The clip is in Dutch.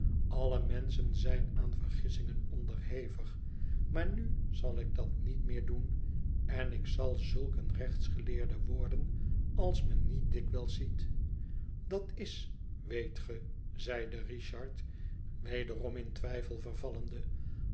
alle menschen zijn aan vergissingen onderhevig maar nu zal ik dat niet meer doen en ik zal zulk een rechtsgeleerde worden als men niet dikwijls ziet dat is weet ge zeide richard wederom in twijfel